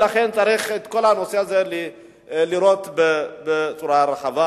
ולכן את כל הנושא הזה צריך לראות בצורה רחבה.